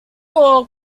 all